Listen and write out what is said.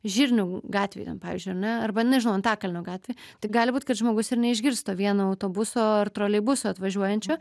žirnių gatvėj ten pavyzdžiui ar ne arba nežinau antakalnio gatvėj tai gali būt kad žmogus ir neišgirs to vieno autobuso ar troleibuso atvažiuojančio